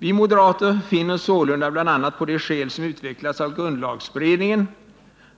Vi moderater finner, bl.a. på de skäl som utvecklats av grundlagberedningen,